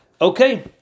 Okay